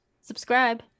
subscribe